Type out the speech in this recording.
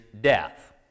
death